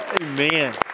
Amen